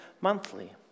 monthly